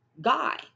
guy